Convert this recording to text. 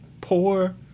poor